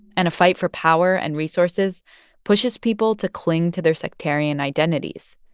and a fight for power and resources pushes people to cling to their sectarian identities.